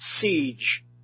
siege